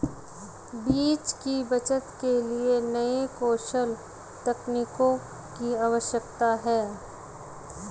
बीज की बचत के लिए नए कौशल तकनीकों की आवश्यकता है